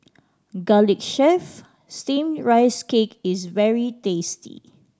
garlic chive Steamed Rice Cake is very tasty